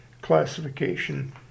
classification